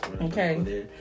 Okay